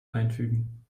einfügen